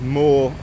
more